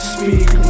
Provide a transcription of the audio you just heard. Speak